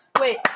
Wait